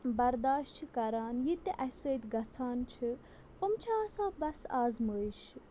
بَرداش چھِ کَران یہِ تہِ اَسہِ سۭتۍ گژھان چھِ یِم چھِ آسان بَس آزمٲیشہِ